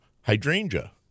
hydrangea